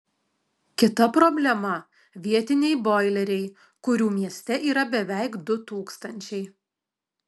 kita problema vietiniai boileriai kurių mieste yra beveik du tūkstančiai